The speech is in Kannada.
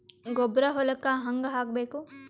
ಗೊಬ್ಬರ ಹೊಲಕ್ಕ ಹಂಗ್ ಹಾಕಬೇಕು?